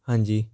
ਹਾਂਜੀ